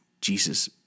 Jesus